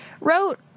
wrote